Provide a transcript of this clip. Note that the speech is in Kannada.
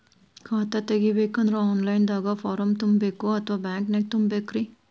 ಖಾತಾ ತೆಗಿಬೇಕಂದ್ರ ಆನ್ ಲೈನ್ ದಾಗ ಫಾರಂ ತುಂಬೇಕೊ ಅಥವಾ ಬ್ಯಾಂಕನ್ಯಾಗ ತುಂಬ ಬೇಕ್ರಿ?